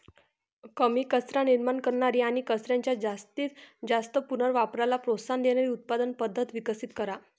कमी कचरा निर्माण करणारी आणि कचऱ्याच्या जास्तीत जास्त पुनर्वापराला प्रोत्साहन देणारी उत्पादन पद्धत विकसित करा